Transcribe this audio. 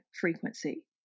frequency